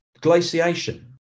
glaciation